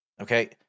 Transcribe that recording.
okay